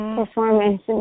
performance